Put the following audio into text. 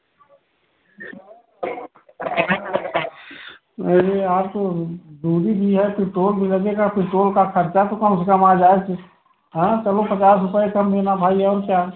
अरे आप दूरी भी है पेट्रोल भी लगेगा पेट्रोल का खर्चा तो कम से कम आ जाए जिस हाँ चलो पचास रुपये कम देना भाई और क्या